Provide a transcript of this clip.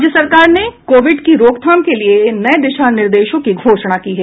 राज्य सरकार ने कोविड की रोकथाम के लिए नये दिशा निर्देशों की घोषणा की है